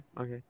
okay